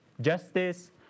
justice